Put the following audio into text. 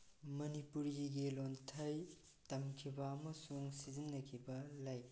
ꯃꯅꯤꯄꯨꯔꯤꯒꯤ ꯂꯣꯟꯊꯩ ꯇꯝꯈꯤꯕ ꯑꯃꯁꯨꯡ ꯁꯤꯖꯤꯟꯅꯈꯤꯕ ꯂꯩ